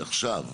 עכשיו,